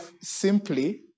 simply